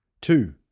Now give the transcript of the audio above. two